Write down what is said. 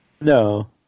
No